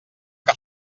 que